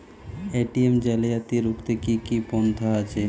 ATM জালিয়াতি রুখতে কি কি পন্থা আছে?